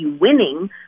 winning